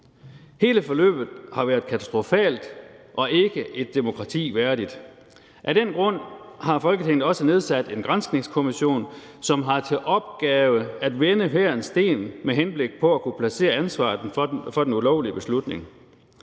Hele forløbet har været katastrofalt og ikke et demokrati værdigt. Af den grund har Folketinget også nedsat en granskningskommission, som har til opgave at vende hver en sten med henblik på at kunne placere ansvaret for den ulovlige beslutning.